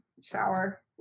Shower